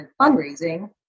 fundraising